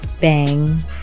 Bang